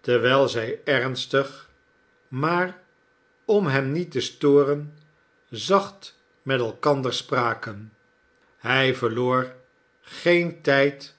terwijl zij ernstig maar om hem niet te storen zacht met elkander spraken hij verloor geen tijd